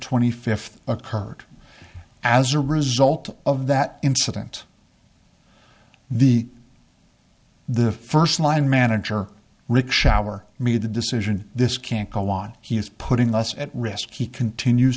twenty fifth occurred as a result of that incident the the first line manager rick shower made the decision this can't go on he is putting us at risk he continues